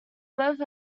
both